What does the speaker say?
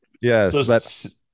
Yes